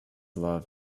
love